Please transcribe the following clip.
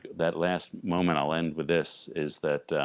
that last moment i'll end with this is that